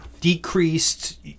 decreased